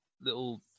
little